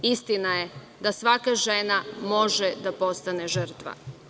Istina je da svaka žena može da postane žrtva.